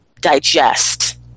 digest